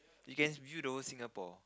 you can view the whole Singapore